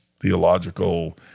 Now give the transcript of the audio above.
theological